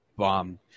bomb